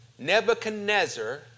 Nebuchadnezzar